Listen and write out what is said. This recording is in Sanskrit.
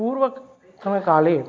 पूर्वतनकाले